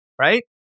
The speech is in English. right